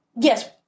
yes